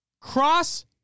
Cross